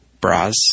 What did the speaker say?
Bras